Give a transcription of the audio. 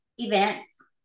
events